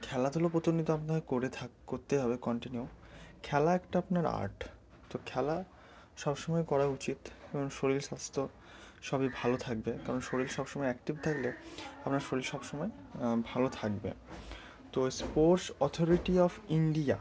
খেলাধুলো প্রতিনিয়ত আপনাকে করে থাক করতে হবে কন্টিনিউ খেলা একটা আপনার আর্ট তো খেলা সবসময় করা উচিত এবং শরীর স্বাস্থ্য সবই ভালো থাকবে কারণ শরীর সবসময় অ্যাক্টিভ থাকলে আপনার শরীর সবসময় ভালো থাকবে তো স্পোর্টস অথরিটি অফ ইন্ডিয়া